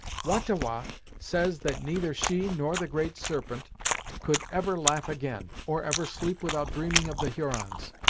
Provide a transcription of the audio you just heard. wah-ta-wah says that neither she nor the great serpent could ever laugh again, or ever sleep without dreaming of the hurons,